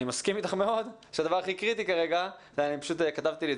אני מסכים אתך מאוד שהדבר הכי קריטי כרגע כתבת לי את